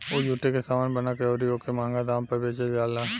उ जुटे के सामान बना के अउरी ओके मंहगा दाम पर बेचल जाला